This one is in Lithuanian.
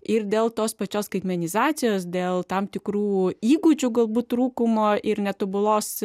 ir dėl tos pačios skaitmenizacijos dėl tam tikrų įgūdžių galbūt trūkumo ir netobulos